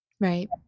right